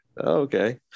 okay